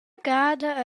gada